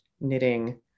knitting